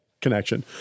connection